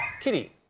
Kitty